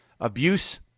abuse